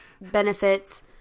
benefits